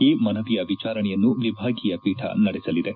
ಈ ಮನವಿಯ ವಿಚಾರಣೆಯನ್ನು ವಿಭಾಗೀಯ ಪೀಠ ನಡೆಸಲಿದೆ